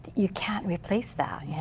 you can't replace that. yeah